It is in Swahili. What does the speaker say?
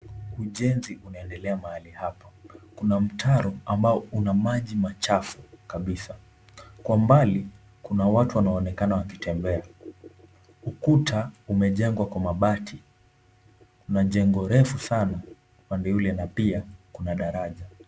Ujenzi unaendelea mahali hapa. Kuna mtaro ambao una maji machafu kabisa. Kwa mbali kuna watu wanaonekana wakitembea. Ukuta umejengwa kwa mabati. Kuna jengo refu sana upande ule na pia kuna daraja.